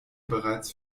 bereits